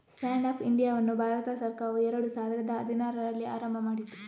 stand up ಇಂಡಿಯಾವನ್ನು ಭಾರತ ಸರ್ಕಾರವು ಎರಡು ಸಾವಿರದ ಹದಿನಾರರಲ್ಲಿ ಆರಂಭ ಮಾಡಿತು